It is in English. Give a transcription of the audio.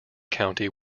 county